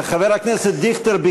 וחבר הכנסת דיכטר,